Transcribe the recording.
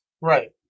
Right